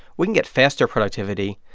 we can get faster productivity,